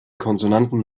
konsonanten